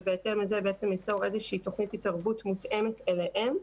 ובהתאם לזה ליצור איזושהי תוכנית התערבות מותאמת אליהם.